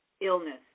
illness